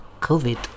COVID